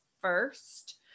first